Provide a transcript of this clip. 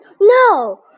No